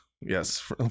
Yes